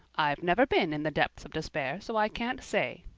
i've never been in the depths of despair, so i can't say,